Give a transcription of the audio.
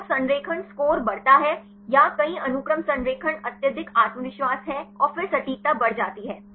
तो संरेखण स्कोर बढ़ता है या कई अनुक्रम संरेखण अत्यधिक आत्मविश्वास है और फिर सटीकता बढ़ जाती है